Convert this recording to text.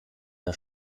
der